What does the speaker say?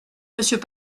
monsieur